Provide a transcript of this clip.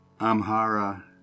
Amhara